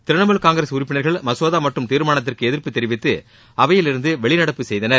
திரிணமுல் காங்கிரஸ் உறுப்பினர்கள் மசோதா மற்றும் தீர்மானத்துக்கு எதிர்ப்பு தெரிவித்து அவையிலிருந்து வெளிநடப்பு செய்தனர்